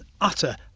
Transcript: utter